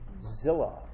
Zilla